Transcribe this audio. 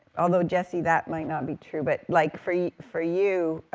although jesse, that might not be true, but like, for for you,